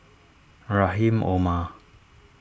Rahim Omar